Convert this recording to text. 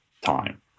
time